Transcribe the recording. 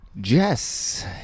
Jess